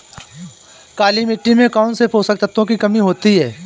काली मिट्टी में कौनसे पोषक तत्वों की कमी होती है?